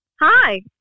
hi